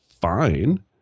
fine